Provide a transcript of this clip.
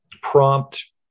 prompt